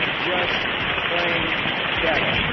just plain better